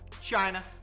China